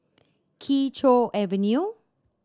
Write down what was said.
Kee Choe Avenue